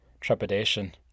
trepidation